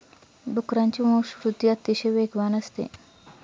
डुकरांची वंशवृद्धि अतिशय वेगवान असते